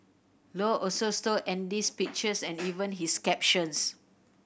low also stole Andy's pictures and even his captions